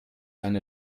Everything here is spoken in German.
eine